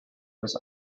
was